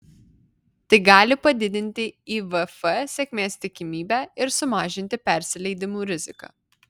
tai gali padidinti ivf sėkmės tikimybę ir sumažinti persileidimų riziką